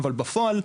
אבל בפועל,